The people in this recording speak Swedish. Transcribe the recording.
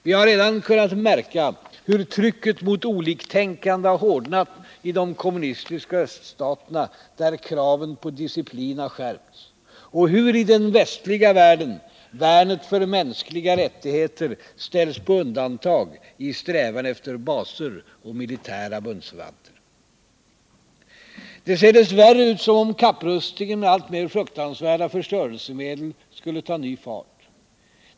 Vi har redan kunnat märka hur trycket mot oliktänkande har hårdnat i de kommunistiska öststaterna, där kraven på disciplin har skärpts, och hur i den västliga världen värnet för mänskliga rättigheter ställs på undantag i strävan efter baser och militära bundsförvanter. Det ser dess värre ut som om kapprustningen, med alltmer fruktansvärda förstörelsemedel, skulle ta ny fart.